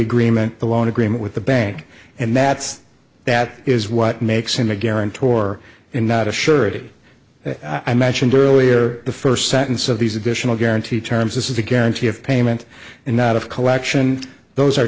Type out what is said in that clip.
agreement the loan agreement with the bank and that that is what makes him a guarantor and not a surety i mentioned earlier the first sentence of these additional guarantee terms this is the guarantee of payment and not of collection those are